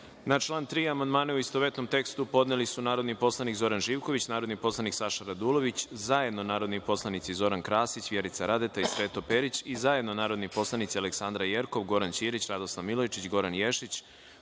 član 3. amandmane u istovetnom tekstu podneli su narodni poslanik Zoran Živković, narodni poslanik Saša Radulović, zajedno narodni poslanici Zoran Krasić, Vjerica Radeta i Sreto Perić i zajedno narodni poslanici Aleksandra Jerkov, Goran Ćirić, Radoslav Milojičić, Goran Ješić,